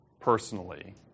personally